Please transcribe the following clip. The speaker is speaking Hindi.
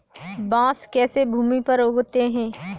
बांस कैसे भूमि पर उगते हैं?